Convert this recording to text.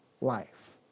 life